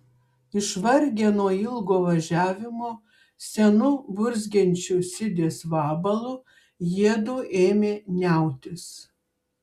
išvargę nuo ilgo važiavimo senu burzgiančiu sidės vabalu jiedu ėmė niautis